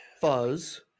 Fuzz